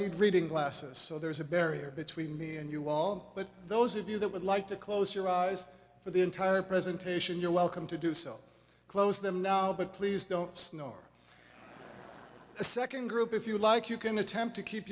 need reading glasses so there's a barrier between me and you all but those of you that would like to close your eyes for the entire presentation you're welcome to do so close them now but please don't snow a second group if you like you can attempt to keep